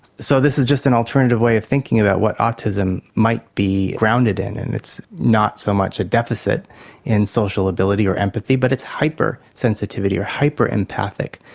so this is just an alternative way of thinking about what autism might be grounded in, and it's not so much a deficit in social ability or empathy but it's hypersensitivity or hyper-empathic.